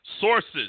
sources